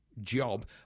job